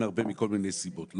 אין הרבה מכל מיני סיבות.